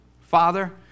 Father